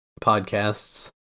Podcasts